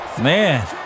Man